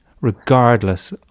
regardless